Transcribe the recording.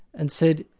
and said,